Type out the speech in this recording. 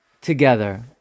together